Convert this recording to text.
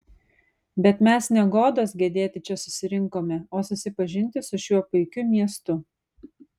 bet mes ne godos gedėti čia susirinkome o susipažinti su šiuo puikiu miestu